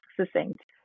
succinct